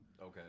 Okay